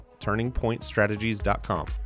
turningpointstrategies.com